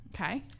Okay